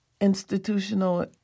institutional